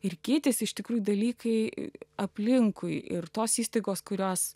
ir keitėsi iš tikrųjų dalykai aplinkui ir tos įstaigos kurios